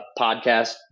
podcast